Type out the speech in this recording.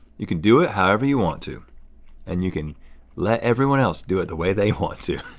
you can do it however you want to and you can let everyone else do it the way they want to.